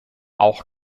auch